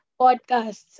podcasts